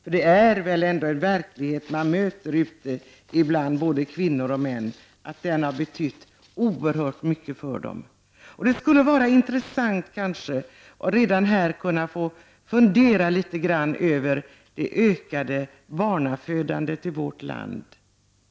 Både bland kvinnor och män möter man uppfattningen att den har betytt oerhört mycket för dem. Det kan vara av intresse att något fundera över anledningen till det ökade barnafödandet i vårt land.